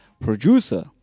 producer